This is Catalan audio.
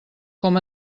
com